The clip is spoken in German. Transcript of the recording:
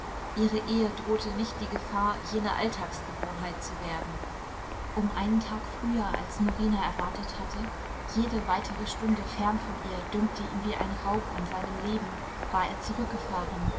ihrer ehe drohte nicht die gefahr jene alltagsgewohnheit zu werden um einen tag früher als norina erwartet hatte jede weitere stunde fern von ihr dünkte ihm wie ein raub an seinem leben war er zurückgefahren